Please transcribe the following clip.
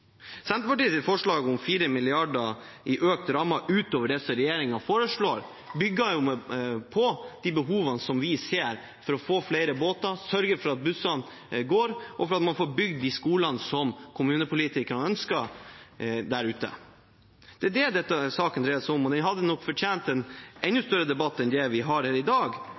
forslag om 4 mrd. kr i økt ramme utover det regjeringen foreslår, bygger på behovene vi ser for å få flere båter, sørge for at bussene går, og få bygd de skolene som kommunepolitikerne ønsker der ute. Det er det denne saken dreier seg om, og den hadde nok fortjent en enda større debatt enn vi har her i dag,